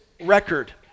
record